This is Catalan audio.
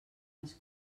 les